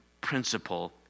principle